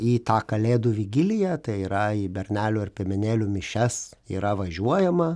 į tą kalėdų vigiliją tai yra į bernelių ar piemenėlių mišias yra važiuojama